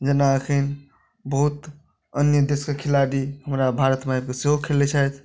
जेना अखन बहुत अन्य देशके खिलाड़ी हमरा भारतमे आबि कऽ सेहो खेलैत छथि